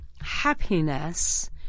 happiness